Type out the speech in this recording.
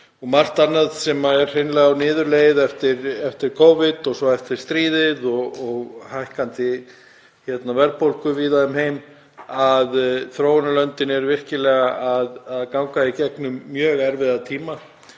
og margt annað er hreinlega á niðurleið eftir Covid og svo eftir stríðið og hækkandi verðbólgu víða um heim og þróunarlöndin eru að ganga í gegnum mjög erfiða tíma.